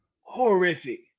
horrific